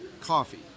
coffee